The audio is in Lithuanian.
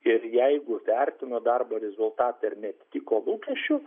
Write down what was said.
ir jeigu vertino darbo rezultatą ir neatitiko lūkesčių